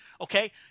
Okay